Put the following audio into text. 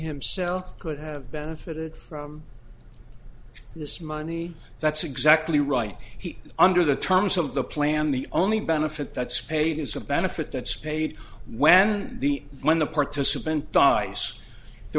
himself could have benefited from this money that's exactly right he under the terms of the plan the only benefit that's paid is a benefit that spade when the when the participant dice there